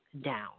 down